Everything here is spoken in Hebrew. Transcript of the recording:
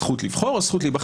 הזכות לבחור והזכות להיבחר.